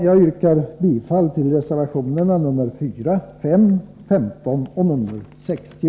Jag yrkar bifall till reservationerna 4, 5, 15 och 60.